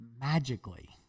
magically